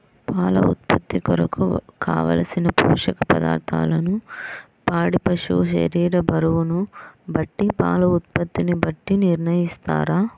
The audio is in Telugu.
పాల ఉత్పత్తి కొరకు, కావలసిన పోషక పదార్ధములను పాడి పశువు శరీర బరువును బట్టి పాల ఉత్పత్తిని బట్టి నిర్ణయిస్తారా?